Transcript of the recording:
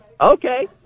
okay